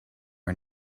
own